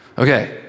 Okay